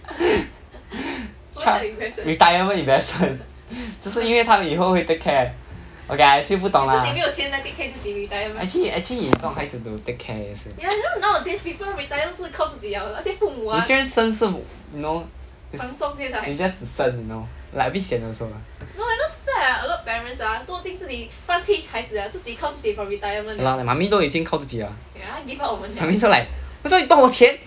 retirement investment 就是因为以后他们会 take care okay actually 不懂 lah actually actually 你不要用孩子 to take care 也是有些人生是 you know is just is just to 生 you know like a bit 闲 also lah ya lor mummy 都已经靠自己了 mummy 都 like I thought 你帮我点